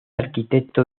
arquitecto